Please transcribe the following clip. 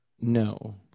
no